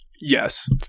Yes